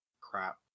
crap